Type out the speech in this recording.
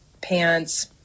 pants